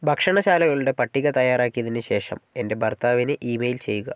ഭക്ഷണശാലകളുടെ പട്ടിക തയ്യറാക്കിയതിനുശേഷം എന്റെ ഭര്ത്താവിന് ഇമെയിൽ ചെയ്യുക